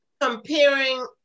Comparing